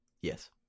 Yes